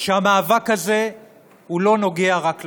שהמאבק הזה הוא לא נוגע רק לנכים,